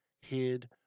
hid